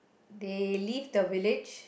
they leave the village